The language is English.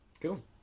Cool